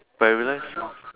but I realised